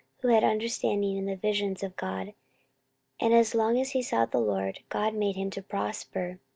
who had understanding in the visions of god and as long as he sought the lord, god made him to prosper.